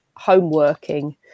homeworking